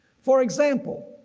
for example,